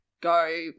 go